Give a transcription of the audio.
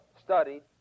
studied